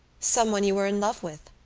someone you were in love with?